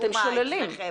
אתם שוללים.